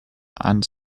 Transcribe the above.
and